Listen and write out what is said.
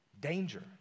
Danger